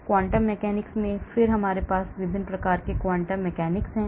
quantum mechanics में फिर से हमारे पास विभिन्न प्रकार के quantum mechanics हैं